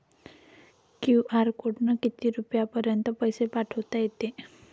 QR कोडनं किती रुपयापर्यंत पैसे पाठोता येते?